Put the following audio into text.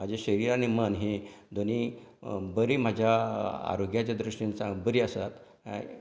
म्हाजे शरीर आनी मन हे दोनी बरी म्हज्या आरोग्याच्या दृश्टीन साम बरीं आसात हे